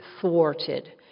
thwarted